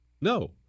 No